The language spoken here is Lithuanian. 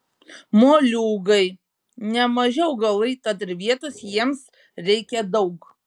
moliūgai nemaži augalai tad ir vietos jiems reikia daug